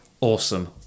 awesome